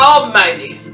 Almighty